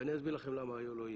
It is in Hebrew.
אני אסביר לכם למה היה, לא יהיה,